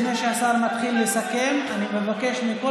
לפני שהשר מתחיל לסכם אני מבקש מכל